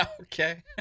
okay